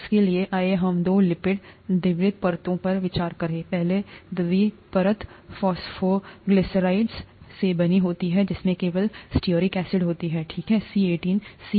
उसके लिए आइए हम दो लिपिड द्वि परतों पर विचार करें पहली द्वि परत फॉस्फोग्लिसराइड्स से बनी होती है जिसमें केवल स्टीयरिक एसिड होता है ठीक है C18